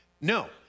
No